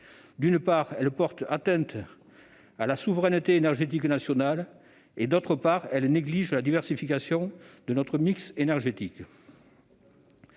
D'une part, elles portent atteinte à la souveraineté énergétique nationale ; d'autre part, elles négligent la diversification de notre mix énergétique.